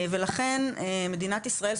ולכן מדינת ישראל,